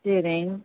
சேரிங்க